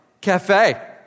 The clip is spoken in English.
cafe